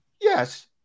Yes